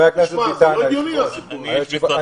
תשמע, זה לא הגיוני הסיפור הזה.